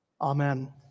Amen